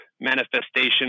manifestation